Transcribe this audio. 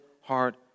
heart